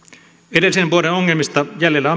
edellisen vuoden ongelmista jäljellä